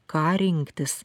ką rinktis